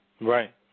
right